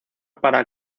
para